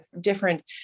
different